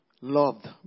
Loved